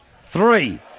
Three